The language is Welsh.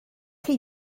chi